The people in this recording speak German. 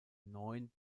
neun